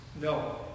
No